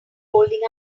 holding